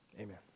Amen